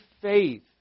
faith